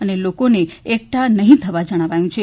અને લોકોને એકઠાં નહી થવા જણાવાયું છે